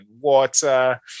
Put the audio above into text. water